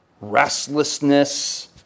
restlessness